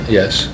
yes